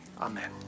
Amen